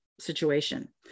situation